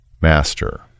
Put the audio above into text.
master